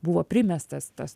buvo primestas tas